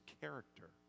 character